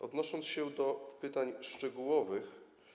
Odniosę się do pytań szczegółowych.